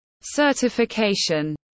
certification